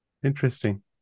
interesting